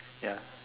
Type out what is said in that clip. ya